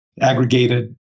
aggregated